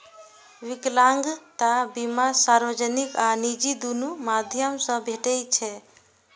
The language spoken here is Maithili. विकलांगता बीमा सार्वजनिक आ निजी, दुनू माध्यम सं भेटै छै